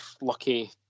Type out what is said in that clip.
lucky